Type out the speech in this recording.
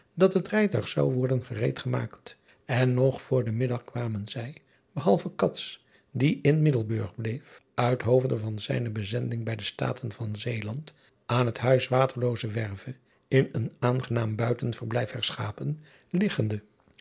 dat het rijtuig zou worden gereed gemaakt en nog voor den middag kwamen zij behalve die in iddelburg bleef uit hoofde van zijne bezending bij de taten van eeland aan het uis aterloozewerve in een aangenaam buitenverblijf herschapen lig